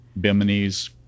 Bimini's